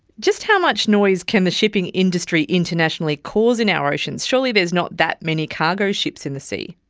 just how much noise can the shipping industry internationally cause in our oceans? surely there's not that many cargo ships in the sea?